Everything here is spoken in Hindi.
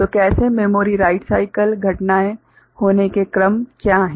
तो कैसे मेमोरी राइट साइकल घटनाएँ होने के क्रम क्या हैं